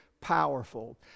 powerful